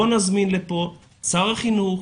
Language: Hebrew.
בוא נזמין לפה את שר החינוך,